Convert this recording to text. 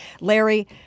Larry